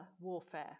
warfare